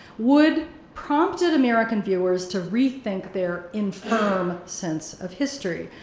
wood prompted american viewers to rethink their infirm sense of history,